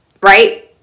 right